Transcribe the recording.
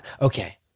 Okay